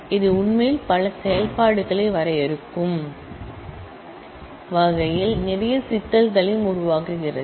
இது உண்மையில் பல செயல்பாடுகளை வரையறுக்கும் வகையில் நிறைய சிக்கல்களையும் உருவாக்குகிறது